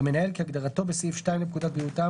"המנהל" כהגדרתו בסעיף 2 לפקודת בריאות העם,